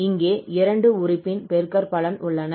இங்கே இரண்டு உறுப்பின் பெருக்கற்பலன் உள்ளன